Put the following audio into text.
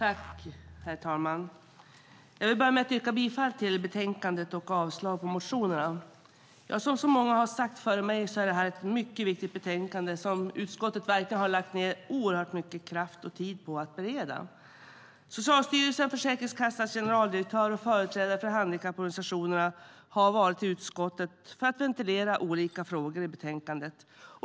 Herr talman! Jag vill börja med att yrka bifall till förslaget i betänkandet och avslag på motionerna. Som så många har sagt före mig är det här ett mycket viktigt betänkande, som utskottet verkligen har lagt ned oerhört mycket kraft och tid på att bereda. Socialstyrelsen, Försäkringskassans generaldirektör och företrädare för handikapporganisationerna har varit i utskottet för att ventilera olika frågor i betänkandet.